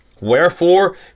Wherefore